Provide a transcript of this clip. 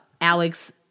Alex